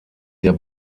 der